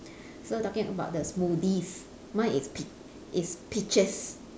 so talking about the smoothies mine is pea~ is peaches